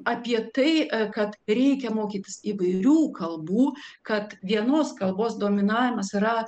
apie tai kad reikia mokytis įvairių kalbų kad vienos kalbos dominavimas yra